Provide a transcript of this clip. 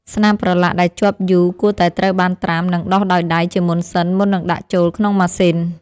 ស្នាមប្រឡាក់ដែលជាប់យូរគួរតែត្រូវបានត្រាំ និងដុសដោយដៃជាមុនសិនមុននឹងដាក់ចូលក្នុងម៉ាស៊ីន។